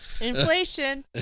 inflation